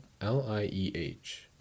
l-i-e-h